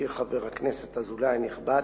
שהזכיר חבר הכנסת אזולאי הנכבד,